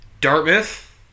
Dartmouth